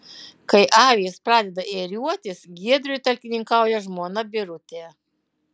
kai avys pradeda ėriuotis giedriui talkininkauja žmona birutė